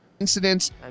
incidents